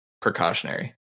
precautionary